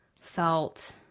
felt